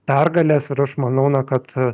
pergalės ir aš manau na kad